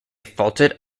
faulted